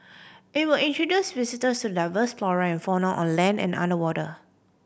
it will introduce visitors to the diverse flora and fauna on land and underwater